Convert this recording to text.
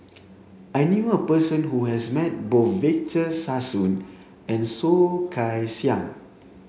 I knew a person who has met both Victor Sassoon and Soh Kay Siang